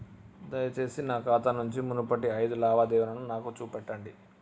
దయచేసి నా ఖాతా నుంచి మునుపటి ఐదు లావాదేవీలను నాకు చూపెట్టండి